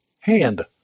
hand